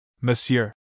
Monsieur